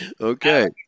Okay